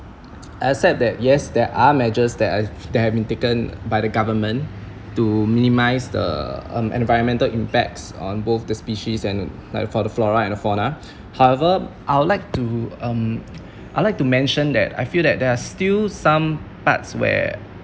I accept that yes there are measures that has that have been taken by the government to minimise the uh um environmental impacts on both the species and like for the flora and fauna however I'd like to um I'd like to mention that I feel that there are still some parts where